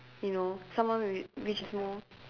you know someone whi~ which is more